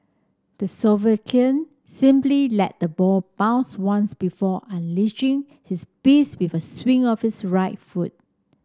the Slovakian simply let the ball bounce once before unleashing his beast with a swing of his right foot